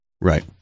Right